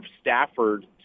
Stafford